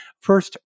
First